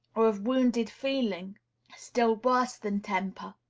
or of wounded feeling still worse than temper,